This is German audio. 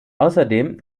außerdem